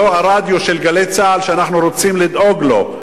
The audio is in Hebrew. והרדיו של "גלי צה"ל" שאנחנו רוצים לדאוג לו,